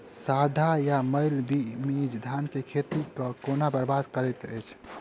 साढ़ा या गौल मीज धान केँ खेती कऽ केना बरबाद करैत अछि?